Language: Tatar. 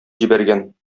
җибәргән